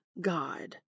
God